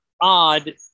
odd